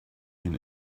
been